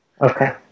Okay